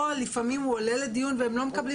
או לפעמים הוא עולה לדיון והם לא מקבלים